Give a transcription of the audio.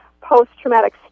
post-traumatic